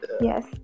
Yes